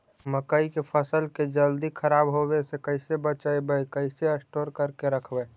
मकइ के फ़सल के जल्दी खराब होबे से कैसे बचइबै कैसे स्टोर करके रखबै?